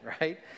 right